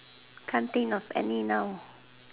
can't think of any now